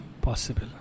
possible